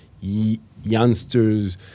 youngsters